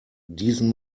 diesen